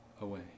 away